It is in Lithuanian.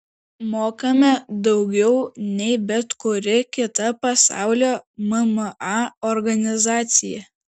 mokame daugiau nei bet kuri kita pasaulio mma organizacija